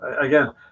Again